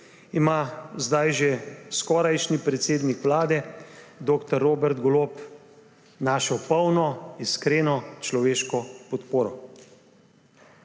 ima zdaj že skorajšnji predsednik Vlade dr. Robert Golob našo polno, iskreno, človeško podporo.